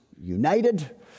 united